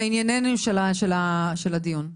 לעניין הדיון.